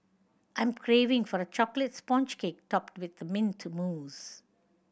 I'm craving for a chocolate sponge cake topped with mint mousse